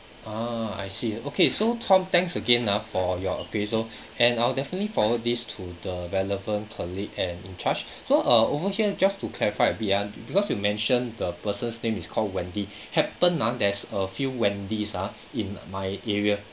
ah I see okay so tom thanks again ah for your appraisal and I'll definitely forward this to the relevant colleague and in charge so uh over here just to clarify a bit ah because you mentioned the person's name is called wendy happened ah there's a few wendys ah in my area